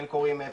כן קורים,